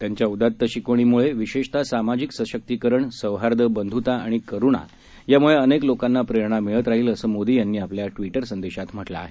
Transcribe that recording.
त्यांच्या उदात्त शिकवणींम्ळे विशेषत सामाजिक सशक्तीकरण सौहार्द बंध्ता आणि करुणा याम्ळे अनेक लोकांना प्रेरणा मिळत राहील असं मोदी यांनी आपल्या ट्विटर संदेशात म्हटलं आहे